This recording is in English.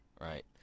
right